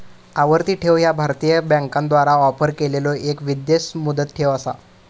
आवर्ती ठेव ह्या भारतीय बँकांद्वारा ऑफर केलेलो एक विशेष मुदत ठेव असा